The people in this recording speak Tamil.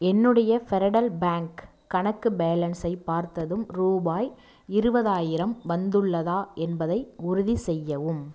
என்னுடைய ஃபெரடல் பேங்க் கணக்கு பேலன்ஸை பார்த்ததும் ரூபாய் இருபதாயிரம் வந்துள்ளதா என்பதை உறுதிசெய்யவும்